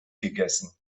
gegessen